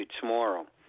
tomorrow